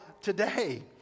today